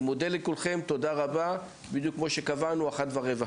אני מודה לכולם, הישיבה נעולה.